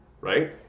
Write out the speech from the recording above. right